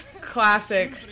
classic